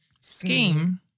scheme